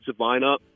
lineup